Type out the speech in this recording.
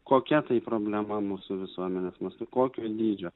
kokia tai problema mūsų visuomenės mastu kokio dydžio